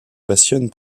passionne